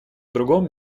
другом